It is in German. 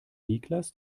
niklas